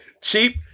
Cheap